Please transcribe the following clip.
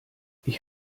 ich